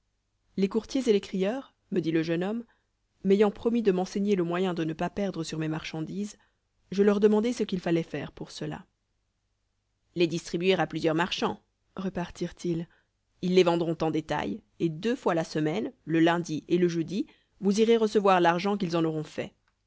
les courtiers et les crieurs me dit le jeune homme m'ayant promis de m'enseigner le moyen de ne pas perdre sur mes marchandises je leur demandai ce qu'il fallait faire pour cela les distribuer à plusieurs marchands repartirent-ils ils les vendront en détail et deux fois la semaine le lundi et le jeudi vous irez recevoir l'argent qu'ils en auront fait